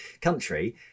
country